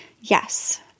Yes